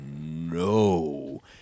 no